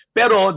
pero